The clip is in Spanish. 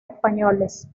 españoles